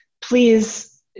please